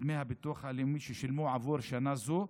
בדמי הביטוח הלאומי ששילמו עבור שנה זו,